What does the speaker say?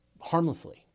harmlessly